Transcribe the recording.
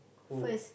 first